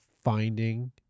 finding